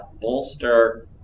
bolster